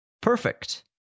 Perfect